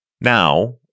Now